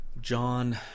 John